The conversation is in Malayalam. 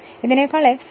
ഇതിനെക്കാൾ f P ns 120